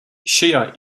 shia